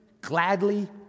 gladly